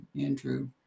Andrew